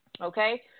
Okay